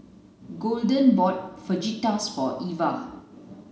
golden bought Fajitas for Ivah